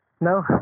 No